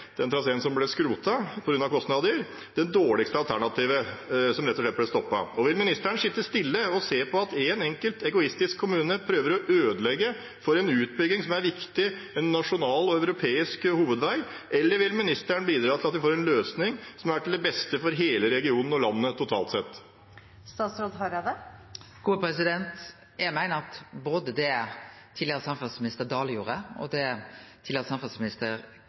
den traseen som ble skrotet på grunn av kostnader, det dårligste alternativet som rett og slett ble stoppet. Vil statsråden sitte stille og se på at én enkelt egoistisk kommune prøver å ødelegge for en utbygging som er viktig, en nasjonal og europeisk hovedvei – eller vil han bidra til at vi får en løsning som er til beste for hele regionen og landet totalt sett? Eg meiner at både det tidlegare samferdselsminister Dale gjorde, og det tidlegare samferdselsminister